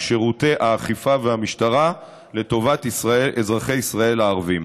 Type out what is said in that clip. שירותי האכיפה והמשטרה לטובת אזרחי ישראל הערבים.